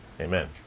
Amen